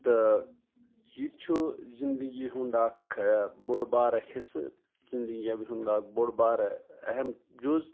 تہٕ یہِ چھُ زِندٕگی ہُنٛد اَکھ بوٚڈ بار حِصہٕ زندٕگی ہُنٛد اَکھ بوٚڈ بار اہم جُز